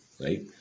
right